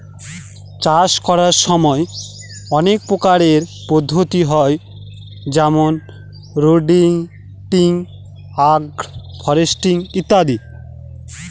চাষ করার সময় অনেক প্রকারের পদ্ধতি হয় যেমন রোটেটিং, আগ্র ফরেস্ট্রি ইত্যাদি